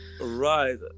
right